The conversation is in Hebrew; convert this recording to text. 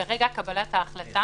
ברגע קבלת ההחלטה,